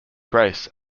grace